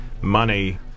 money